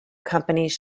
companies